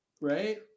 Right